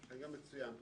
זה גם מצוין פה,